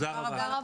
תודה רבה.